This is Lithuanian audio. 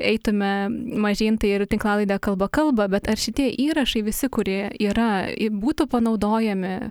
eitume mažyn tai ir tinklalaidė kalba kalba bet ar šitie įrašai visi kurie yra būtų panaudojami